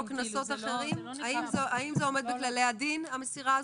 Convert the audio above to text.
האם המסירה הזו עומדת בכללי הדין?